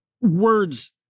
words